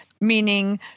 meaning